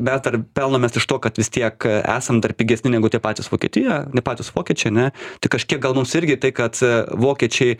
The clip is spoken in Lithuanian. bet ar pelnomės iš to kad vis tiek esam dar pigesni negu tie patys vokietijoj tie patys pokyčiai ne tai kažkiek gal mums irgi tai kad vokiečiai